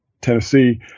Tennessee